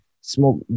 smoke